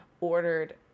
ordered